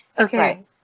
Okay